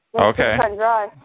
Okay